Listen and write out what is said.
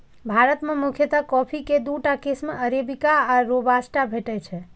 भारत मे मुख्यतः कॉफी के दूटा किस्म अरेबिका आ रोबास्टा भेटै छै